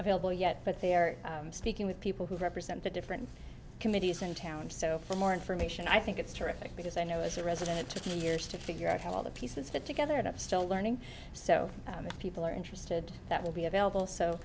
available yet but they are speaking with people who represent the different committees in town so for more information i think it's terrific because i know as a resident it took me years to figure out how all the pieces fit together and up still learning so people are interested that will be available so